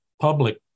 public